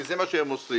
כי זה מה שהם עושים,